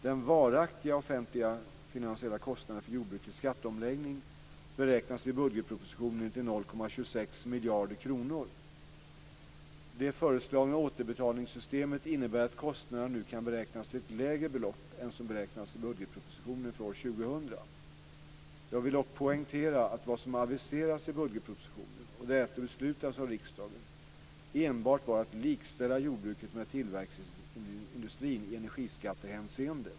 Den varaktiga offentlig-finansiella kostnaden för jordbrukets skatteomläggning beräknades i budgetpropositionen till 0,26 miljarder kronor. Det föreslagna återbetalningssystemet innebär att kostnaderna nu kan beräknas till ett lägre belopp än som beräknats i budgetpropositionen för år 2000. Jag vill dock poängtera att vad som aviserades i budgetpropositionen och därefter beslutades av riksdagen, enbart var att likställa jordbruket med tillverkningsindustrin i energiskattehänseende.